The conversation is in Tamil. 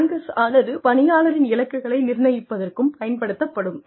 ஆங்கர்ஸ் ஆனது பணியாளரின் இலக்குகளை நிர்ணயிப்பதற்கும் பயன்படுத்தப்படும்